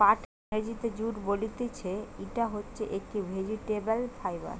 পাটকে ইংরেজিতে জুট বলতিছে, ইটা হচ্ছে একটি ভেজিটেবল ফাইবার